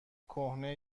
کهنه